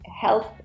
health